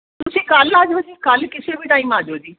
ਤੁਸੀਂ ਕੱਲ੍ਹ ਆ ਜਾਓ ਜੀ ਕੱਲ੍ਹ ਕਿਸੇ ਵੀ ਟਾਈਮ ਆ ਜਾਓ ਜੀ